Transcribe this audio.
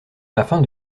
afin